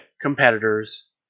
competitors